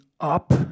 up